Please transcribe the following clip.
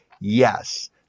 Yes